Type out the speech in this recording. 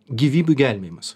gyvybių gelbėjimas